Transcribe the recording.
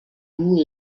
two